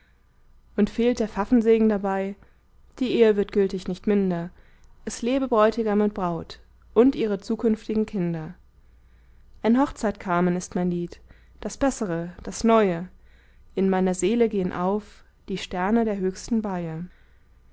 und fehlt der pfaffensegen dabei die ehe wird gültig nicht minder es lebe bräutigam und braut und ihre zukünftigen kinder ein hochzeitkarmen ist mein lied das bessere das neue in meiner seele gehen auf die sterne der höchsten